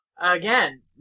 Again